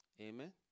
Amen